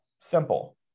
Simple